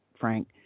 Frank